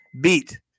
beat